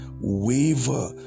waver